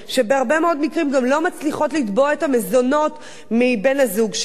שבהרבה מאוד מקרים גם לא מצליחות לתבוע את המזונות מבן-הזוג שלהן,